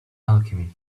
alchemy